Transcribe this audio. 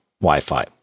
Wi-Fi